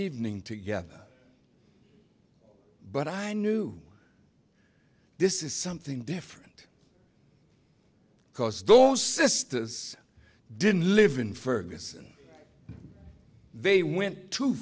evening together but i knew this is something different because those sisters didn't live in ferguson they went to